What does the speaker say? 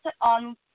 on